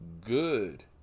good